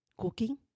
cooking